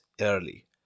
early